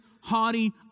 haughty